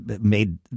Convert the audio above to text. made